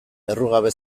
errugabe